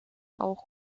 auch